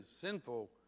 sinful